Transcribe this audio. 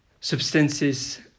substances